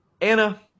Anna